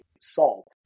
salt